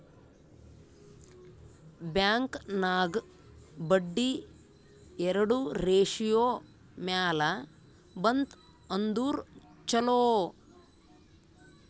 bank ನಾಗ್ ಬಡ್ಡಿ ಎರಡು ratio ಮ್ಯಾಲ ಬಂತ್ ಅಂದುರ್ ಛಲೋ